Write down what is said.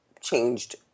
changed